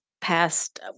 past